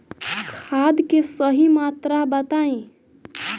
खाद के सही मात्रा बताई?